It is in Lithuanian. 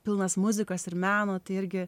pilnas muzikos ir meno tai irgi